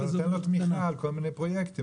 אתה נותן לו תמיכה בכל מיני פרויקטים,